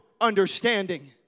understanding